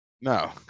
No